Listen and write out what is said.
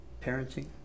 parenting